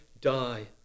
die